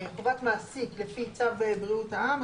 חובת מעסיק לפי צו בריאות העם,